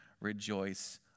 rejoice